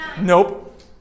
Nope